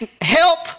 help